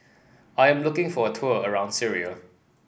I am looking for a tour around Syria